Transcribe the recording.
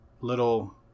little